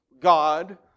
God